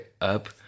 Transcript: up